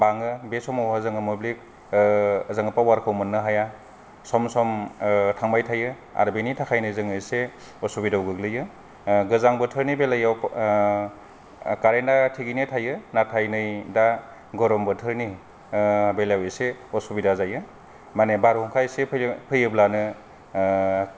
बे समाव जोङो मोब्लिब जोङो पावारखौ मोन्नो हाया सम सम थांबाय थायो आरो बेनि थाखायनो जोङो एसे उसुबिदायाव गोग्लैयो गोजां बोथोरनि बेलायाव कारेन्टा थिखैनै थायो नाथाय नै दा गरम बोथोरनि बेलायाव एसे उसुबिदा जायो माने बार अखा एसे फैयोब्लानो